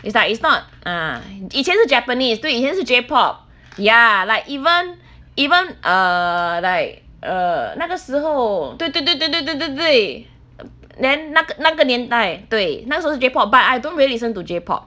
is like it's not ah 以前是 japanese 对以前是 J pop ya like even even err like err 那个时候对对对对对对对 then 那个那个年代对那个时后是 J pop but I don't really listen to J pop